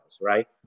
right